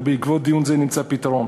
ובעקבות דיון זה נמצא פתרון